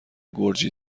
گرجی